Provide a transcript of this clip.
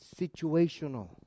situational